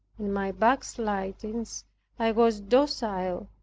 in my backslidings i was docile,